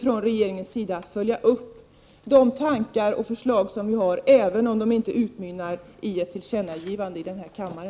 Regeringen försöker följa upp de tankar och förslag som vi har, även om förslagen inte utmynnar i ett tillkännagivande i denna kammare.